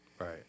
Right